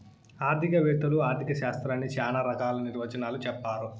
ఆర్థిక వేత్తలు ఆర్ధిక శాస్త్రాన్ని శ్యానా రకాల నిర్వచనాలు చెప్పారు